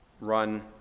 run